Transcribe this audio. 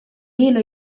ilu